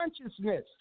consciousness